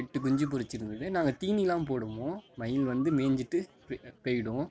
எட்டு குஞ்சு பொரிச்சியிருந்துது நாங்கள் தீனில்லாம் போடுவோம் மயில் வந்து மேஞ்சிவிட்டு போயிடும்